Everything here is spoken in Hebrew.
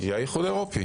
כן.